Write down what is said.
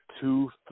two